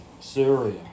Syria